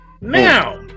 Now